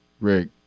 Rick